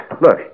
Look